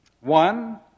One